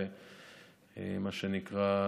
ומה שנקרא,